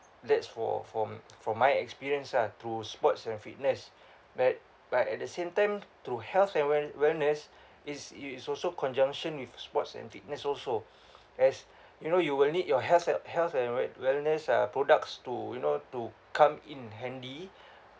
that's for from from my experience ah through sports and fitness but but at the same time through health and well~ wellness is you is also conjunction with sports and fitness also as you know you will need your health and health and well~ wellness uh products to you know to come in handy